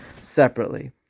separately